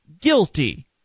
guilty